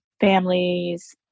families